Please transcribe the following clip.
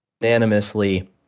unanimously